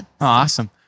Awesome